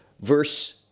verse